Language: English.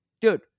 Dude